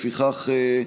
לפיכך,